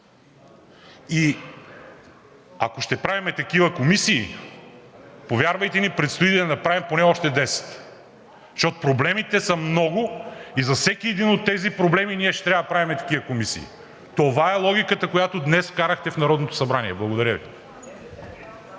Ако ще правим такива комисии, повярвайте ми, предстои да направим поне още десет, защото проблемите са много и за всеки един от тези проблеми ние ще трябва да правим такива комисии. Това е логиката, която днес вкарахте в Народното събрание. Благодаря Ви.